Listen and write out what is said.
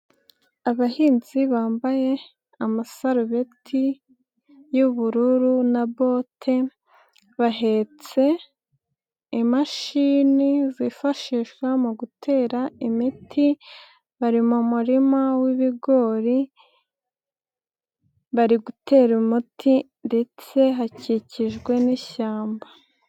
Abahinzi bambaye amasarubeti y'ubururu na bote, bahetse imashini zifashishwa mu gutera imiti, bari mu murima w'ibigori, bari gutera umuti ndetse hakikijwe n'ishyamba.